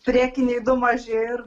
priekiniai du maži ir